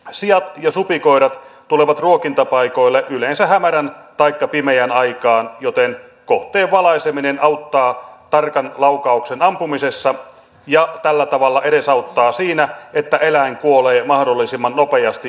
siat ja supikoirat tulevat ruokintapaikoille yleensä hämärän taikka pimeän aikaan joten kohteen valaiseminen auttaa tarkan laukauksen ampumisessa ja tällä tavalla edesauttaa siinä että eläin kuolee mahdollisimman nopeasti ja kivuttomasti